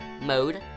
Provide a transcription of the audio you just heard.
mode